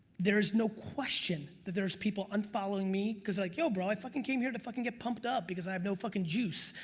there is no question that there's people unfollowing me, cause like, yo bro, i fuckin' came here to fuckin' get pumped up, because i have no fuckin' juice.